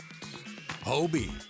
Hobie